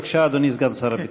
בבקשה, אדוני סגן שר הביטחון.